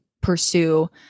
pursue